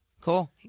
cool